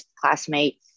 classmate